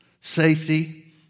safety